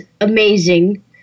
amazing